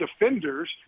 defenders